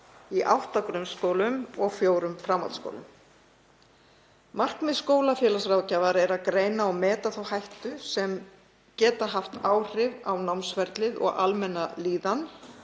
átta grunnskólum og fjórum framhaldsskólum. Markmið skólafélagsráðgjafar er að greina og meta þá hættu sem getur haft áhrif á námsferlið og almenna líðan